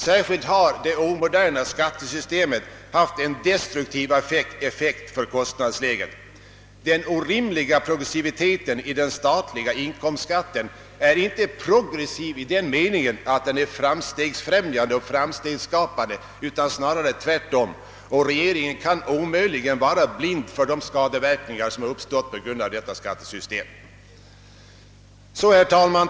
Särskilt har det omoderna skattesystemet haft en destruktiv effekt för kostnadsläget. Den orimliga progressiviteten i den statliga inkomstskatten är inte progressiv i den meningen att den är framstegsfrämjande och framstegsskapande utan snarare tvärtom, och regeringen kan omöjligen vara blind för de skadeverkningar som uppstått på grund av detta skattesystem. Herr talman!